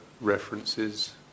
references